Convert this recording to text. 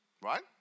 Right